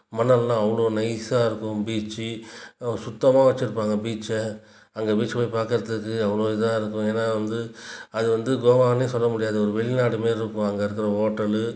மணல்லாம் அவ்வளோ நைஸாக இருக்கும் பீச்சி சுத்தமாக வச்சிருப்பாங்க பீச்சை அங்கே பீச்சை போய் பார்க்கறதுக்கு அவ்வளோ இதாக இருக்கும் ஏன்னா வந்து அது வந்து கோவான்னே சொல்ல முடியாது ஒரு வெளிநாடு மாரி இருக்கும் அங்கே இருக்கிற ஹோட்டலு